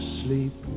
sleep